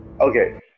Okay